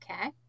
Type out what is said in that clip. Okay